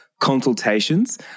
consultations